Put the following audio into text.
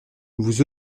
vous